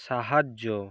সাহায্য